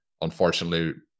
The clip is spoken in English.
unfortunately